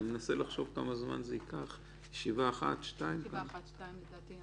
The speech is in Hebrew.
מה צריך להיות כדי שייתן לכם פתרון?